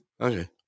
okay